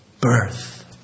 Birth